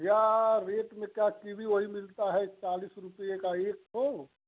भिया एक का कीवी वो ही मिलता है चालीस रुपये का एक सौ